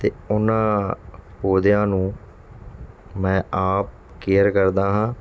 ਅਤੇ ਉਨ੍ਹਾਂ ਪੌਦਿਆਂ ਨੂੰ ਮੈਂ ਆਪ ਕੇਅਰ ਕਰਦਾ ਹਾਂ